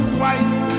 white